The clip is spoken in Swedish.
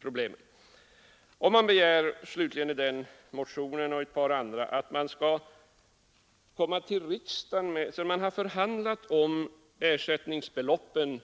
Slutligen begärs i denna motion och i ett par andra att sedan posten och denna nya PK-bank har förhandlat om ersättningsbeloppen